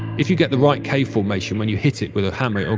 if you get the right cave formation, when you hit it with a hammer,